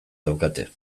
daukate